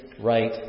right